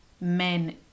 men